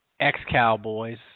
ex-Cowboys